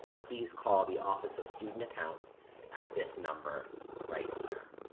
please call the office of student accounts at this number right here